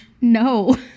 No